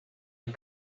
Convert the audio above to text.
had